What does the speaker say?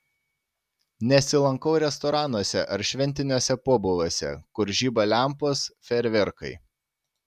nesilankau restoranuose ar šventiniuose pobūviuose kur žiba lempos fejerverkai